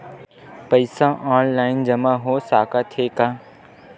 पईसा ऑनलाइन जमा हो साकत हे का?